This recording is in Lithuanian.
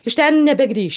iš ten nebegrįš